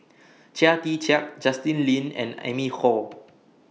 Chia Tee Chiak Justin Lean and Amy Khor